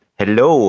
hello